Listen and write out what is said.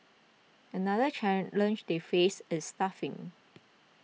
another challenge they faced is staffing